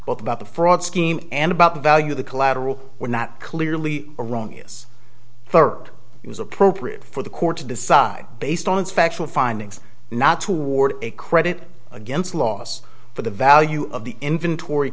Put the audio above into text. both about the fraud scheme and about the value of the collateral were not clearly erroneous burked it was appropriate for the court to decide based on its factual findings not toward a credit against loss for the value of the inventory